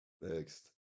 Next